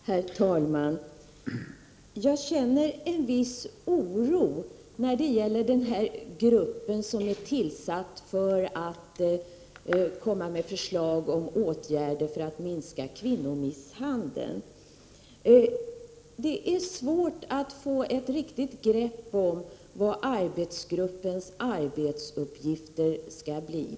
Herr talman! Jag känner en viss oro när det gäller den grupp som har tillsatts för att komma med förslag om åtgärder för att minska kvinnomisshandeln. Det är svårt att få ett riktigt grepp om vad arbetsgruppens uppgifter skall vara.